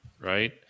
right